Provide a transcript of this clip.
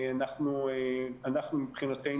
מבחינתנו,